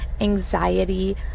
anxiety